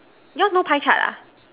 yours no pie chart ah